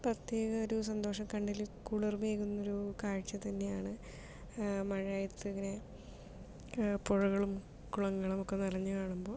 പ്രത്യേക ഒരു സന്തോഷം കണ്ണില് കുളിർമയേകുന്നൊരു കാഴ്ചതന്നെയാണ് മഴയത്തിങ്ങനെ പുഴകളും കുളങ്ങളുമൊക്കെ നിറഞ്ഞ് കാണുമ്പോൾ